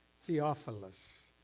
Theophilus